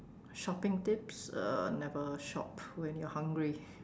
shopping tips uh never shop when you're hungry